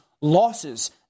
losses